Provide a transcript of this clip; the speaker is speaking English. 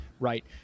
Right